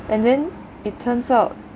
and then it turns out